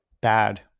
bad